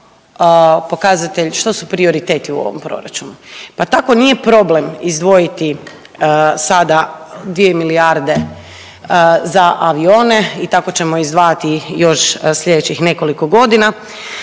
pokazatelj što su prioriteti u ovom proračunu. Pa tako nije problem izdvojiti sada 2 milijarde za avione i tako ćemo izdvajati još slijedećih nekoliko godina,